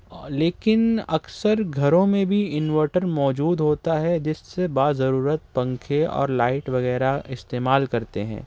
لیکن اکثر گھروں میں بھی انورٹر موجود ہوتا ہے جس سے باضرورت پنکھے اور لائٹ وغیرہ استعمال کرتے ہیں